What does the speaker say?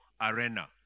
arena